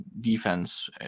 defense